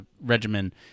regimen